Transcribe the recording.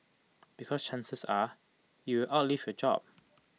because chances are you will outlive your job